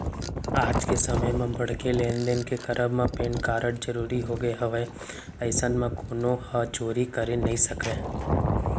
आज के समे म बड़का लेन देन के करब म पेन कारड जरुरी होगे हवय अइसन म कोनो ह चोरी करे नइ सकय